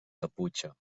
caputxa